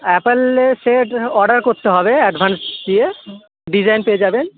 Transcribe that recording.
অ্যাপেলের set order করতে হবে অ্যাডভান্স দিয়ে ডিজাইন পেয়ে যাবেন